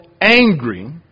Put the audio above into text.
angry